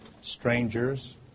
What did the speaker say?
strangers